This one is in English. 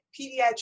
pediatric